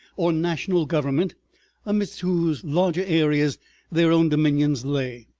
or national government amidst whose larger areas their own dominions lay.